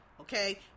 okay